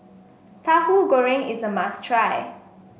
Tahu Goreng is a must try